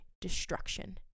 destruction